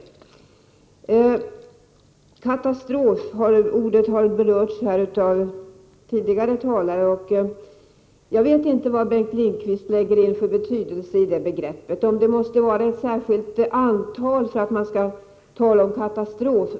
Ordet katastrof har berörts tidigare, och jag vet inte vilken betydelse Bengt Lindqvist lägger in i det ordet. Det måste kanske vara ett särskilt antal för att man skall tala om katastrof.